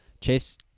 Chase